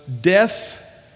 death